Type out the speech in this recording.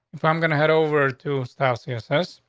if i'm gonna head over to stop seeing sense,